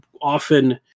often